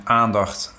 aandacht